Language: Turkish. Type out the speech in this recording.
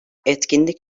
etkinlik